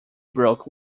broke